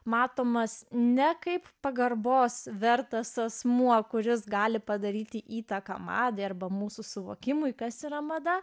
matomas ne kaip pagarbos vertas asmuo kuris gali padaryti įtaką madai arba mūsų suvokimui kas yra mada